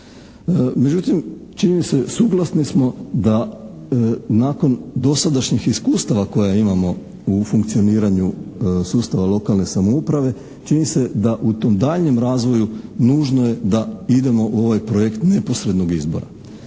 se, suglasni smo da nakon dosadašnjih iskustava koja imamo u funkcioniranju sustava lokalne samouprave, čini se da u tom daljnjem razvoju nužno je da idemo u ovaj projekt neposrednog izbora.